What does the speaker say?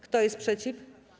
Kto jest przeciw?